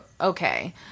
okay